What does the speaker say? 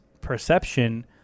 perception